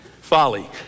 Folly